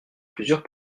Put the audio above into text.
plusieurs